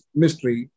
mystery